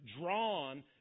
drawn